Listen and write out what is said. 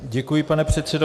Děkuji, pane předsedo.